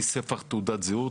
מספח תעודת זהות,